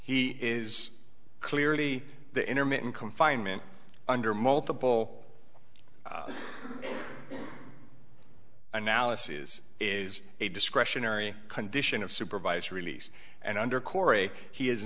he is clearly the intermittent confinement under multiple analysis is a discretionary condition of supervised release and under corey he is